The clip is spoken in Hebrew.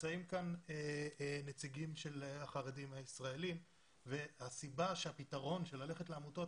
נמצאים כאן נציגים של החרדים הישראלים והסיבה שהפתרון של ללכת לעמותות